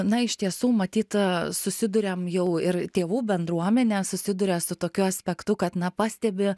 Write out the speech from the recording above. na iš tiesų matyt susiduriam jau ir tėvų bendruomenė susiduria su tokiu aspektu kad na pastebi